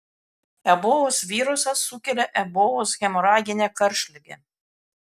ebolos virusas sukelia ebolos hemoraginę karštligę